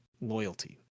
loyalty